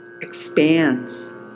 expands